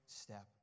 step